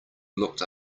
looked